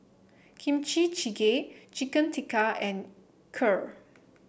Kimchi Jjigae Chicken Tikka and Kheer